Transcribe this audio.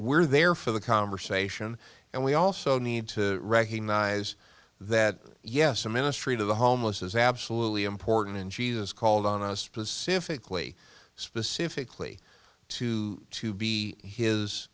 we're there for the conversation and we also need to recognize that yes a ministry to the homeless is absolutely important and jesus called on us specifically specifically to to be his